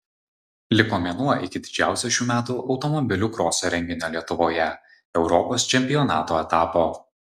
liko mėnuo iki didžiausio šių metų automobilių kroso renginio lietuvoje europos čempionato etapo